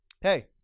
Hey